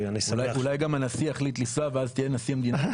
אולי גם הנשיא יחליט לנסוע ואז תהיה נשיא המדינה.